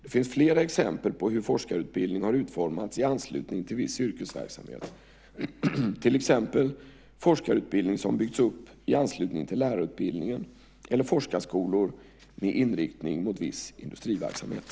Det finns flera exempel på hur forskarutbildning har utformats i anslutning till viss yrkesverksamhet, till exempel forskarutbildning som byggts upp i anslutning till lärarutbildningen eller forskarskolor med inriktning mot viss industriverksamhet.